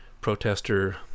protester